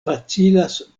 facilas